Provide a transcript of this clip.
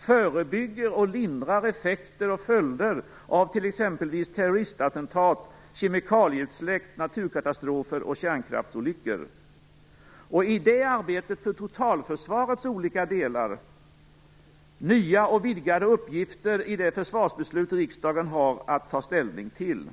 förebygger och lindrar effekter och följder av exempelvis terroristattentat, kemikalieutsläpp, naturkatastrofer och kärnkraftsolyckor. I det arbetet för totalförsvarets olika delar finns nya och vidgade uppgifter i det försvarsbeslut riksdagen har att ta ställning till.